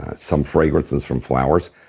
some fragrances from flowers,